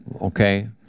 okay